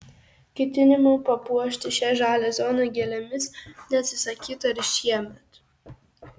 ketinimų papuošti šią žalią zoną gėlėmis neatsisakyta ir šiemet